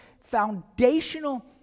foundational